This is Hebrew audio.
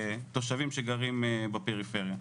התושבים שגרים בפריפריה,